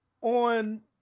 on